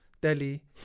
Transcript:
Delhi